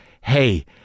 hey